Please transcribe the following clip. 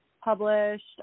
published